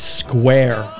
square